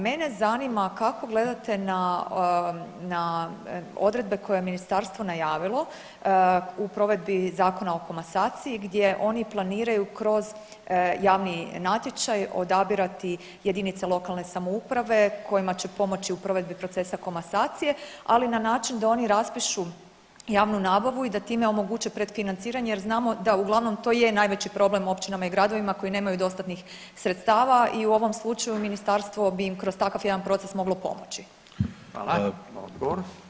Mene zanima kako gledate na, na odredbe koje je ministarstvo najavilo u provedbi Zakona o komasaciji gdje oni planiraju kroz javni natječaj odabirati JLS kojima će pomoći u provedbi procesa komasacije, ali na način da oni raspišu javnu nabavu i da time omoguće predfinanciranje jer znamo da uglavnom to je najveći problem općinama i gradovima koji nemaju dostatnih sredstava i u ovom slučaju ministarstvo bi im kroz takav jedan proces moglo pomoći.